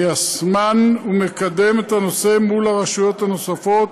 מיישמן ומקדם את הנושא מול הרשויות הנוספות